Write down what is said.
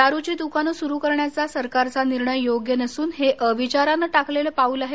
दारूची दुकानं सुरू करण्याचा सरकारचा निर्णय योग्य नसून हे अविचारानं टाकलेलं पाऊल आहे